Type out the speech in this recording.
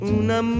una